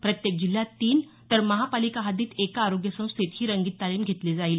प्रत्येक जिल्ह्यांत तीन तर महापालिका हद्दीत एका आरोग्य संस्थेत ही रंगीत तालीम घेतली जाईल